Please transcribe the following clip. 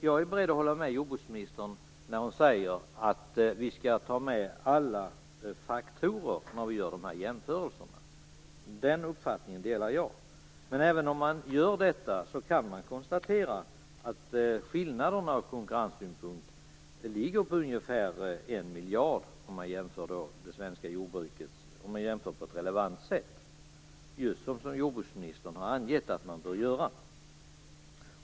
Jag är beredd att hålla med jordbruksministern när hon säger att vi skall ta med alla faktorer när vi gör de här jämförelserna. Den uppfattningen delar jag. Men även om man gör det kan man konstatera att skillnaderna ur konkurrenssynpunkt ligger på ungefär en miljard, om man jämför på ett relevant sätt, vilket jordbruksministern har angett att man bör göra.